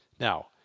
Now